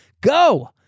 go